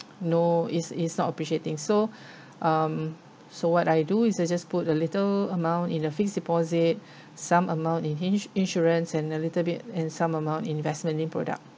no it's it's not appreciating so um so what I do is I just put a little amount in a fixed deposit some amount in insu~ insurance and a little bit and some amount in investment-linked product